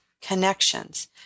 connections